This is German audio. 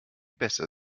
besser